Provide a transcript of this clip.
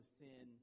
sin